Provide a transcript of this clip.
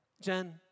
Jen